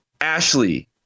Ashley